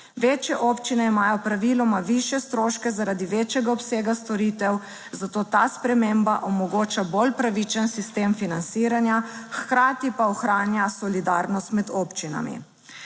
Večje občine imajo praviloma višje stroške, zaradi večjega obsega storitev, zato ta sprememba omogoča bolj pravičen sistem financiranja hkrati pa ohranja solidarnost med občinami.